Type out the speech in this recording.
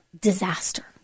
disaster